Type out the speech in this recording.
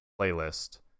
playlist